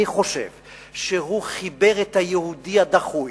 אני חושב שהוא חיבר את היהודי הדחוי,